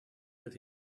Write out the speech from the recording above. that